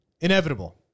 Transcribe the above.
Inevitable